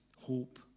hope